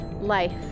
life